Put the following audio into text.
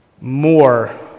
more